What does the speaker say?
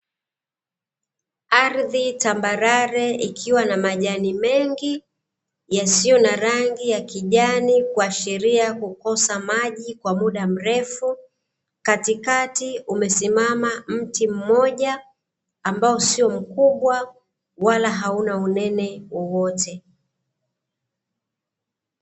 Ardhi tambarare ikiwa na majani mengi yasiyo na rangi ya kijani, kuashiria kukosa maji kwa muda mrefu, katikati umesimama mti mmoja, ambao sio mkubwa, wala hauna unene wowote.